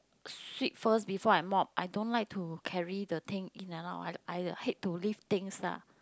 sweep first before I mop I don't like to carry the thing in and out I I hate to lift things lah